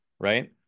right